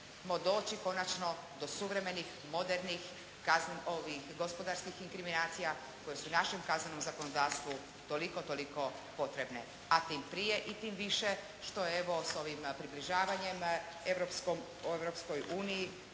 doći konačno do suvremenih modernih gospodarskih inkriminacija koje su u našem kaznenom zakonodavstvu toliko toliko potrebne. A tim prije i tim više što evo s ovim približavanjem Europskoj uniji